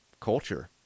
culture